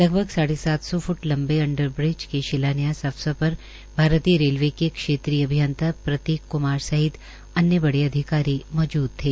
लगभग साढ़े सात सौ फ्ट लंबे अंडर ब्रिज के शिलान्यास अवसर पर भारतीय रेलवे के क्षेत्रीय अभियंता प्रतीक क्मार सहित अन्य बड़े अधिकारी मौजूद थे